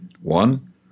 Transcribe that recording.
One